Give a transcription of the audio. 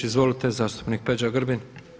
Izvolite zastupnik Peđa Grbin.